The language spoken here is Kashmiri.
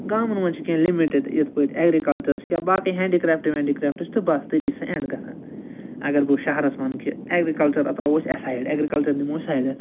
گامَن منٛز چھِ کیٚنٛہہ لِمِٹِڈ یِتھ پٲٹھۍ ایٚگریٖکلچَر چھُ یا باقٕے ہینٛڈی کرافٹہٕ وینٛڈی کرٛافٹہٕ چھِ تہٕ بَس تٔتی چھِ سُہ ایٚنٛڈ گژھان اَگر بہٕ شہرَس وَنہٕ کہِ ایٚگریٖکَلچَر ترٛاوو أسۍ ایٚسایِڈ ایٚگریٖکَلچَر نِمو أسۍ سایڈَس